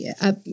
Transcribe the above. up